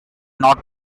not